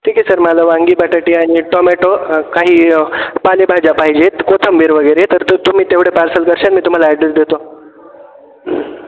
ठीक आहे सर मला वांगी बटाटे आणि टोमॅटो काही पालेभाज्या पाहिजे आहेत कोथंबीर वगैरे तर तुम्ही तेवढं पार्सल करशान मी तुम्हाला ॲड्रेस देतो